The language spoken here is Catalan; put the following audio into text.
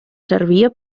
servia